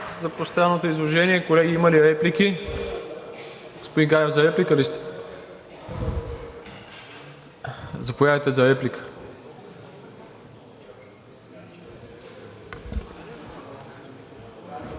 за пространното изложение. Колеги, има ли реплики? Господин Ганев, за реплика ли сте? Заповядайте за реплика,